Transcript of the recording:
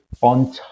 On